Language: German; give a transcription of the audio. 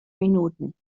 minuten